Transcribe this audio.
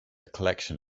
collection